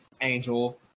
Angel